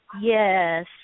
Yes